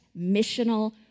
missional